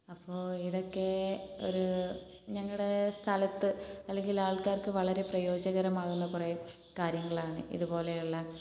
അപ്പോൾ ഇതൊക്കെ ഒരു ഞങ്ങളുടെ സ്ഥലത്ത് അല്ലെങ്കിൽ ആൾക്കാർക്ക് വളരെ പ്രയോജനകരമാകുന്ന കുറെ കാര്യങ്ങളാണ് ഇതുപോലെയുള്ള